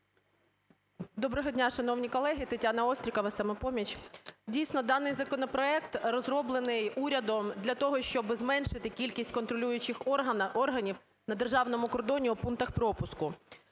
Доброго дня, шановні колеги. Тетяна Острікова, "Самопоміч". Дійсно, даний законопроект розроблений урядом для того, щоби зменшити кількість контролюючих органів на державному кордоні у пунктах пропуску.